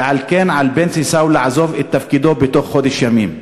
ועל כן על בנצי סאו לעזוב את תפקידו בתוך חודש ימים.